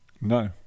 No